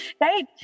Right